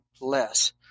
less